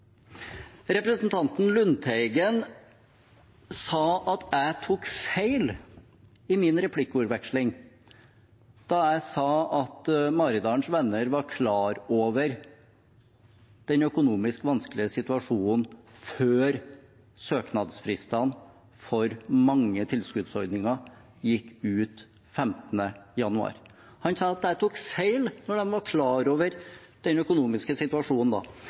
Representanten Lundteigen sa at jeg tok feil i replikkordskiftet da jeg sa at Maridalens Venner var klar over den økonomisk vanskelige situasjonen før søknadsfristen for mange tilskuddsordninger gikk ut 15. januar. Han sa at jeg tok feil om at de var klar over den økonomiske situasjonen da.